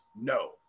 no